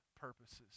purposes